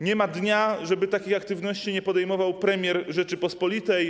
Nie ma dnia, żeby takich aktywności nie podejmował premier Rzeczypospolitej.